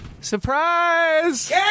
Surprise